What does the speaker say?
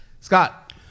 Scott